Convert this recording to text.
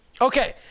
Okay